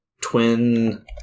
twin